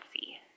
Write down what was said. see